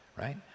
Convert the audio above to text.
right